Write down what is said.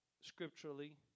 scripturally